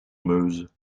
meuse